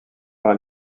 par